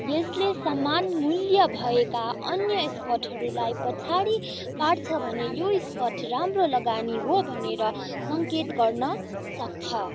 यसले समान मूल्य भएका अन्य स्कटहरूलाई पछाडि पार्छ भने यो स्कट राम्रो लगानी हो भनेर सङ्केत गर्न सक्छ